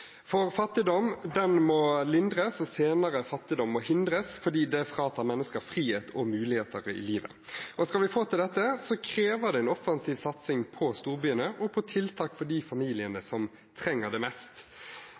For fattigdom må lindres, og senere fattigdom må hindres, fordi det fratar mennesker frihet og muligheter i livet. Og skal vi få til dette, krever det en offensiv satsing på storbyene og på tiltak for de familiene som trenger det mest.